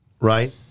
right